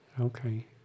Okay